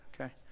okay